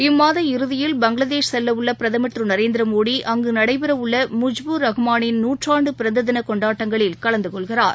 இம்மாத இறுதியில் பங்ளாதேஷ் செல்லவுள்ளபிரதமா் திருநரேந்திரமோடி அங்குநடைபெறவுள்ள முஜ்பூர் ரஹ்மானின் நூற்றாண்டுபிறந்ததினகொண்டாட்டங்களில் கலந்துகொள்கிறார்